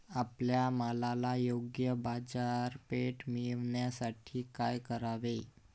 आपल्या मालाला योग्य बाजारपेठ मिळण्यासाठी काय करावे?